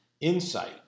insight